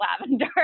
lavender